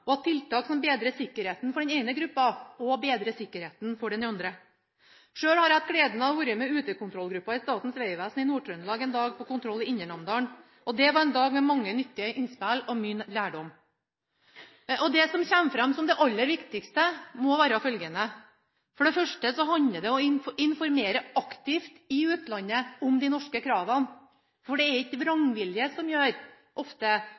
og at tiltak som bedrer sikkerheten for den ene gruppa, også bedrer sikkerheten for den andre. Selv har jeg hatt gleden av å være med utekontrollgruppa i Statens vegvesen i Nord-Trøndelag en dag på kontroll i Indre Namdalen, og det var en dag med mange nyttige innspill og mye lærdom. Det som kommer fram som det aller viktigste, må være følgende: For det første handler det om å informere aktivt i utlandet om de norske kravene. For det er ofte ikke vrangvilje som gjør